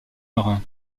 marin